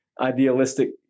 idealistic